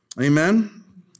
Amen